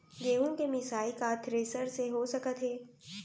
गेहूँ के मिसाई का थ्रेसर से हो सकत हे?